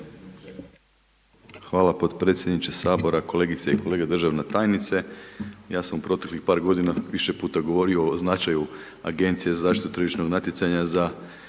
Hvala podpredsjedniče Sabora, kolegice i kolege, državna tajnice. Ja sam u proteklih par godina više puta govorio o značaju Agencija za zaštitu tržišnog natjecanja, za